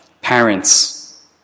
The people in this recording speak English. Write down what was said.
parents